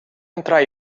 entrar